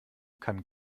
kann